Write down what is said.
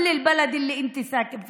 זה המסלול שאת תיארת במדויק.